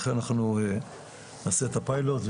אנחנו נעשה את הפיילוט,